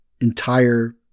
entire